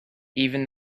even